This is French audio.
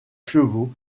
chevaux